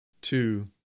two